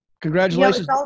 Congratulations